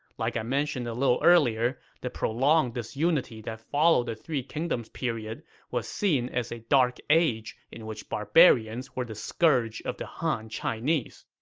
like i mentioned a little earlier, the prolonged disunity that followed the three kingdoms period was seen as dark age in which barbarians were the scourge of the han chinese.